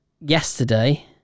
yesterday